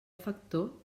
factor